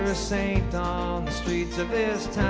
a saint on the streets of this